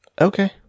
Okay